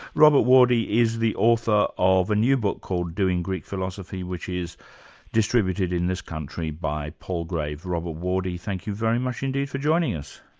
robert wardy is the author of a new book called doing greek philosophy, which is distributed in this country by palgrave. robert wardy, thank you very much indeed for joining us.